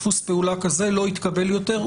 דפוס פעולה כזה לא יתקבל יותר,